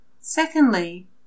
Secondly